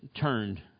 turned